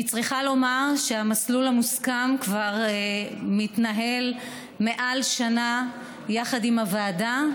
אני צריכה לומר שהמסלול המוסכם כבר מתנהל מעל שנה יחד עם הוועדה,